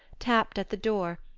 tapped at the door,